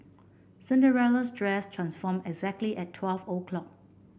Cinderella's dress transformed exactly at twelve o'clock